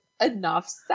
enough